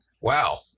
Wow